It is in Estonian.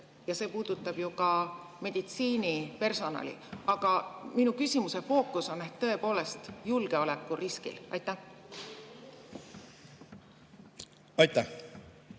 See puudutab ju ka meditsiinipersonali. Aga minu küsimuse fookus on tõepoolest julgeolekuriskil. Aitäh! Siin